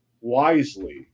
wisely